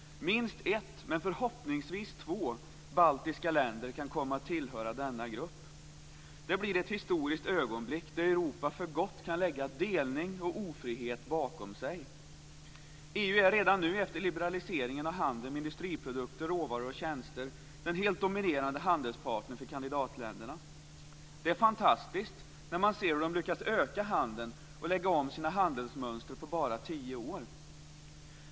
Minst ett men förhoppningsvis två baltiska länder kan komma att tillhöra denna grupp. Det blir ett historiskt ögonblick där Europa för gott kan lägga delning och ofrihet bakom sig. EU är redan nu efter liberaliseringen av handeln med industriprodukter, råvaror och tjänster den helt dominerande handelspartnern för kandidatländerna. Det är fantastiskt när man ser hur de lyckats öka handeln och lägga om sina handelsmönster på bara tio år.